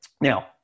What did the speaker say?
Now